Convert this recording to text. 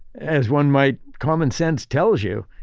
as one might. common sense tells you,